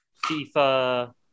FIFA